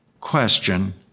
Question